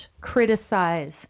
criticize